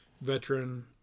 veteran